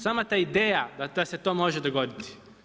Sama ta ideja da se to može dogoditi.